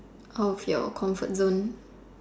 out of your comfort zone